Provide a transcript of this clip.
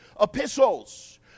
epistles